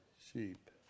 sheep